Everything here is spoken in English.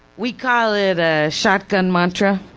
we call it ah shotgun mantra,